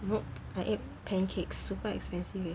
I ate pancakes super expensive leh